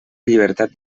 llibertat